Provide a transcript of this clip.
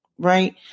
Right